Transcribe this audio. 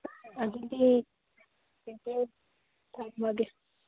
ꯑꯗꯨꯗꯤ ꯆꯦꯆꯦ ꯊꯝꯃꯒꯦ